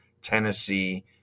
Tennessee